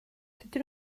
dydyn